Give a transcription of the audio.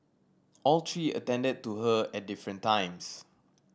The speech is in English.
all three attended to her at different times